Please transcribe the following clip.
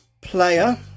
player